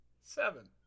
Seven